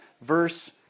verse